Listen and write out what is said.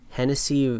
Hennessy